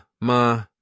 ma